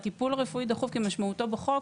הטיפול הרפואי הדחוף כמשמעותו בחוק,